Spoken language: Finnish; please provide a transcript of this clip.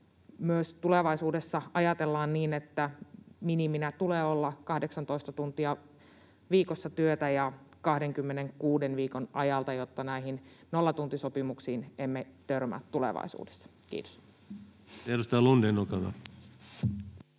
myös tulevaisuudessa ajatellaan niin, että miniminä tulee olla 18 tuntia viikossa työtä ja 26 viikon ajalta, jotta emme törmää tulevaisuudessa näihin